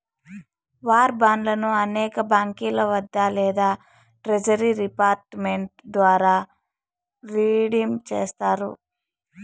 war బాండ్లను అనేక బాంకీల వద్ద లేదా ట్రెజరీ డిపార్ట్ మెంట్ ద్వారా రిడీమ్ చేస్తారు